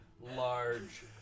large